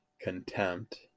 contempt